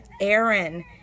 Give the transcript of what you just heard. Aaron